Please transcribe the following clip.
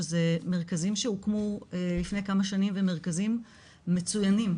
שאלו מרכזים שהוקמו לפני כמה שנים והם מרכזים מצוינים,